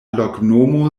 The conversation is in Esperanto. loknomo